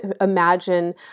imagine